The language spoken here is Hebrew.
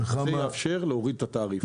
זה יאפשר להוריד את התעריף.